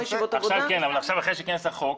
כן, אבל אחרי שייכנס החוק?